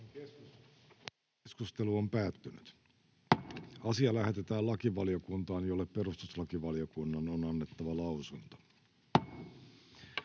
ehdottaa, että asia lähetetään lakivaliokuntaan, jolle perustuslakivaliokunnan on annettava lausunto.